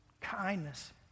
kindness